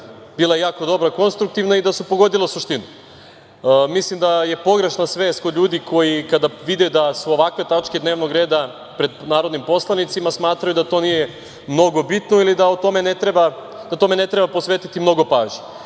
bila jako dobra, konstruktivna i da su pogodila suštinu. Mislim da je pogrešna svest kod ljudi koji kada vide da su ovakve tačke dnevnog reda pred narodnim poslanicima smatraju da to nije mnogo bitno ili da tome ne treba posvetiti mnogo pažnje.